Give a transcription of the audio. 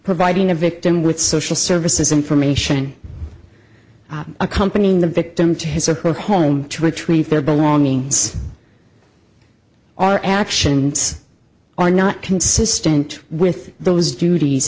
providing a victim with social services information accompanying the victim to his or her home to retrieve their belongings or actions are not consistent with those duties